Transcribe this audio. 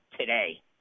Today